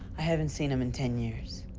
i haven't seen him in ten years.